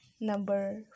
Number